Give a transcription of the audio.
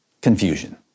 Confusion